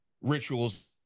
rituals